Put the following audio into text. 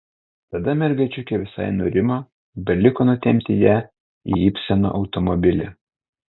tada mergaičiukė visai nurimo beliko nutempti ją į ibseno automobilį